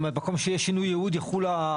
זאת אומרת מקום שיש שינוי ייעוד יחול ?